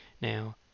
Now